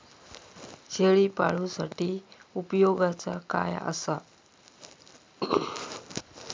शेळीपाळूसाठी उपयोगाचा काय असा?